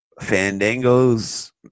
Fandangos